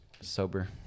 Sober